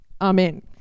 Amen